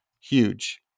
huge